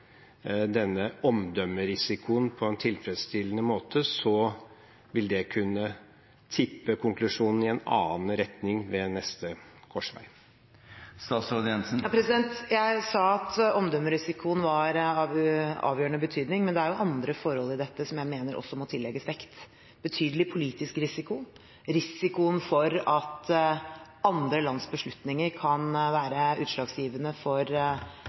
denne omdømmerisikoen på en tilfredsstillende måte, så vil det kunne tippe konklusjonen i en annen retning ved neste korsvei? Jeg sa at omdømmerisikoen var av avgjørende betydning, men det er jo andre forhold i dette som også må tillegges vekt: betydelig politisk risiko, risikoen for at andre lands beslutninger kan være utslagsgivende for